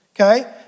okay